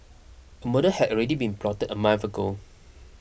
a murder had already been plotted a month ago